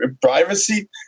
privacy